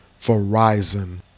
Verizon